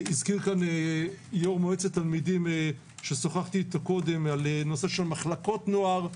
הזכיר פה יו"ר מועצת תלמידים ששוחחתי איתו קודם על נושא של מחלקות נוער,